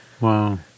Wow